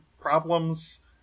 problems